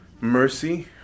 mercy